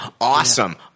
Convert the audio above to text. Awesome